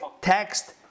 Text